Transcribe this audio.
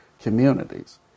communities